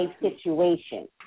situation